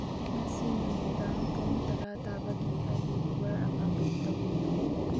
ꯉꯁꯤ ꯅꯨꯃꯤꯗꯥꯡ ꯄꯨꯡ ꯇꯔꯥ ꯇꯥꯕꯒꯤ ꯑꯩꯒꯤ ꯎꯕꯔ ꯑꯃ ꯕꯨꯛ ꯇꯧꯕꯤꯌꯨ